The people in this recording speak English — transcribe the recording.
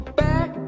back